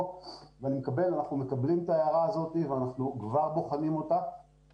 שאנחנו מקבלים את ההערה הזאת ואנחנו כבר בוחנים אותה